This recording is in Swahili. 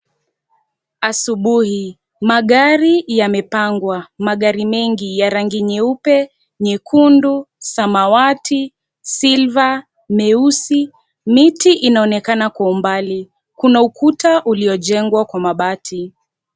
Asubuhi magari yamepangwa magari mengi ya rangi nyeupe, nyekundu, zamawati, silver , meusi, miti inaonekana kwa umbali kuna ukuta yaliyojengwa kwa mabati.